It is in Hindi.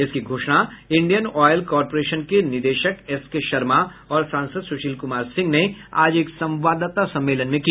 इसकी घोषणा इंडियन ऑयल कारपोरेशन के निदेशक एसके शर्मा और सांसद सुशील कुमार सिंह ने आज एक संवाददाता सम्मेलन में की